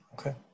okay